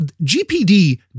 GPD